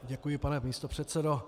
Děkuji, pane místopředsedo.